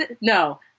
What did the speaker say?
no